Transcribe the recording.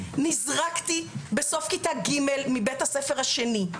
נזרקתי בסוף כיתה ג' מבית הספר השני,